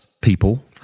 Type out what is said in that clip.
people